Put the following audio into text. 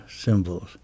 symbols